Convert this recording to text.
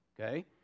Okay